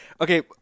okay